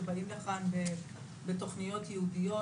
שבאים לכאן בתכניות ייעודיות,